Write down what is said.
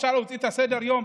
אפשר להוציא את סדר-היום,